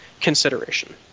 consideration